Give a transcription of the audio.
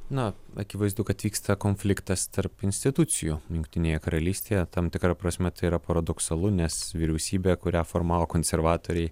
na akivaizdu kad vyksta konfliktas tarp institucijų jungtinėje karalystėje tam tikra prasme tai yra paradoksalu nes vyriausybė kurią formavo konservatoriai